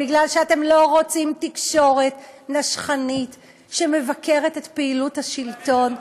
בגלל שאתם לא רוצים תקשורת נשכנית שמבקרת את פעילות השלטון.